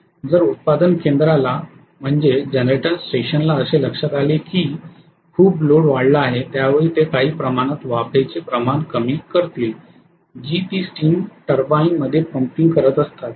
जर उत्पादन केंद्राला म्हणजेच जनरेटर स्टेशनला असे लक्षात आले की खूप लोड वाढला आहे त्यावेळी ते काही प्रमाणात वाफेचे प्रमाण कमी करतील जी ती स्टीम टर्बाइन मध्ये पंपिंग करत असतात